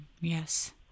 Yes